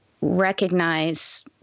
recognize